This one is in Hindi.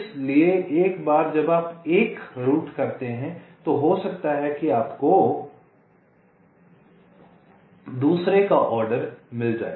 इसलिए एक बार जब आप 1 रूट करते हैं तो हो सकता है कि आपको दूसरे का ऑर्डर मिल जाए